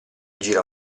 gira